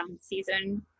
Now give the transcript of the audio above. season